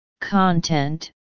content